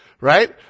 right